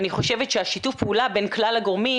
אני חושבת ששיתו ף הפעולה בין כלל הגורמים